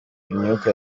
imyuka